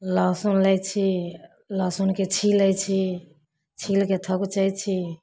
लहसुन लै छी लहसुनके छिलै छी छिलके थकुचै छी